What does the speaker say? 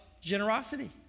Generosity